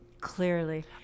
Clearly